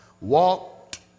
walked